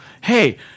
hey